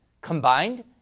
Combined